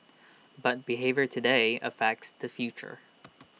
but behaviour today affects the future